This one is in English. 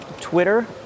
Twitter